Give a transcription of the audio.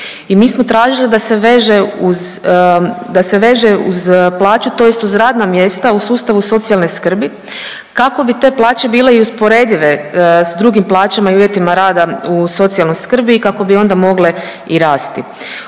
da se veže uz, da se veže uz plaću tj. uz radna mjesta u sustavu socijalne skrbi kako bi te plaće bile i usporedive s drugim plaćama i uvjetima rada u socijalnoj skrbi i kako bi onda mogle i rasti.